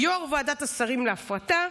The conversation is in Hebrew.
יו"ר ועדת השרים להפרטה,